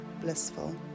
blissful